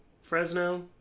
Fresno